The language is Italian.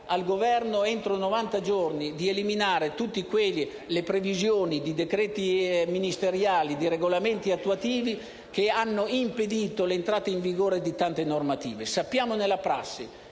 eliminare entro 90 giorni tutte quelle previsioni di decreti ministeriali e di regolamenti attuativi che hanno impedito l'entrata in vigore di tante normative. Sappiamo dalla prassi